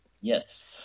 yes